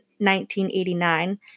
1989